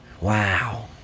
Wow